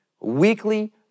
weekly